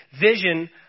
vision